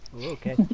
Okay